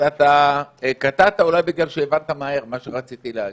אבל אתה קטעת אולי בגלל שהבנת מהר את מה שרציתי להגיד.